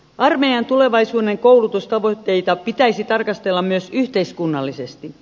armeijan tulevaisuuden koulutustavoitteita pitäisi tarkastella myös yhteiskunnallisesti